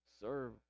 serve